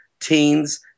teens